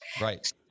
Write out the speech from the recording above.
Right